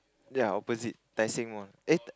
ya opposite Tai Seng one eh